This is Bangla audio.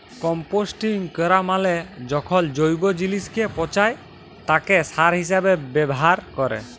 কম্পোস্টিং ক্যরা মালে যখল জৈব জিলিসকে পঁচায় তাকে সার হিসাবে ব্যাভার ক্যরে